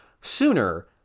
sooner